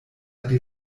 die